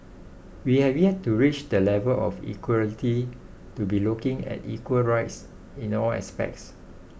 we have yet to reach the level of equality to be looking at equal rights in all aspects